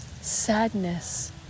sadness